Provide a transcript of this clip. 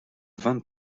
vingt